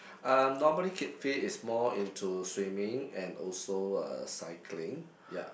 um normally keep fit is more into swimming and also uh cycling ya